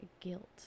guilt